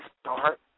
start